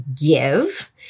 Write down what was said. give